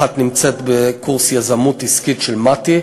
אחת נמצאת בקורס יזמות עסקית של מט"י